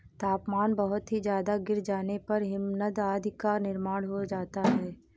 तापमान बहुत ही ज्यादा गिर जाने पर हिमनद आदि का निर्माण हो जाता है